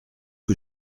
que